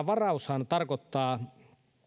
varaushan tarkoittaa